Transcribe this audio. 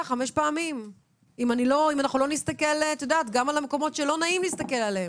חמש פעמים אם לא נסתכל גם על המקומות שלא נעים להסתכל עליהם.